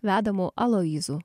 vedamu aloyzu